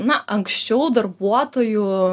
na anksčiau darbuotojų